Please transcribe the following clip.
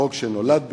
חוק שנולד בחטא,